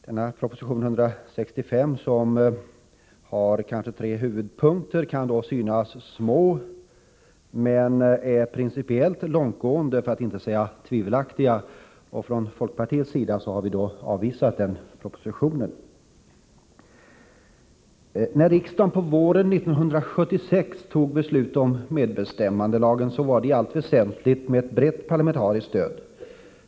Denna proposition, nr 165, innehåller tre huvudpunkter, som kan synas små men som principiellt är långtgående för att inte säga tvivelaktiga. Från folkpartiets sida har vi därför avvisat propositionen. När riksdagen på våren 1976 fattade beslut om medbestämmandelagen var det i allt väsentligt med ett brett parlamentariskt stöd.